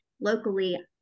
locally